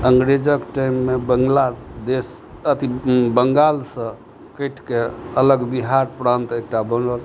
अंग्रेजक टाइममे बंगला देश अति बंगालसँ कैटिके अलग बिहार प्रान्त एकटा बनल